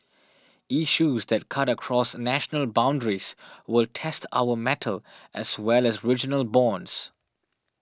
issues that cut across national boundaries will test our mettle as well as regional bonds